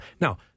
Now